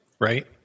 right